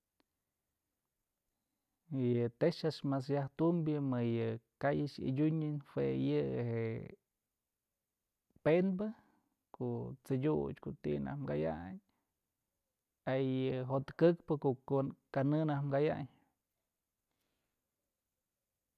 Yë tex a'ax mas yaj tumbyë mayë ka'ay a'ax adyunën jue yë je'e pënbë ku'u t'sëdyut ko'o ti naj kayan ayë jo'ot këkpë ku ko'o nak kanë dun kayayn.